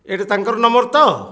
ଏଇଟା ତାଙ୍କର ନମ୍ବର ତ